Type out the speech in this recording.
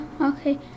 okay